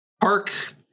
park